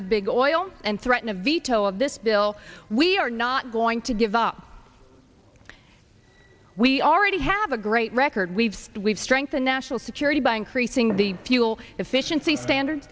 with big oil and threaten a veto of this bill we are not going to give up we already have a great record we've we've strengthened national security by increasing the fuel efficiency standard